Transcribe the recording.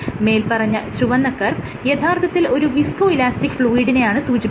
മേല്പറഞ്ഞ ചുവന്ന കർവ് യഥാർത്ഥത്തിൽ ഒരു വിസ്കോ ഇലാസ്റ്റിക് ഫ്ലൂയിഡിനെയാണ് സൂചിപ്പിക്കുന്നത്